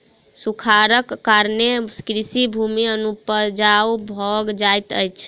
सूखाड़क कारणेँ कृषि भूमि अनुपजाऊ भ जाइत अछि